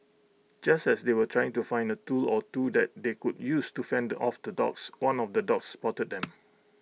just as they were trying to find A tool or two that they could use to fend off the dogs one of the dogs spotted them